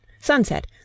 Sunset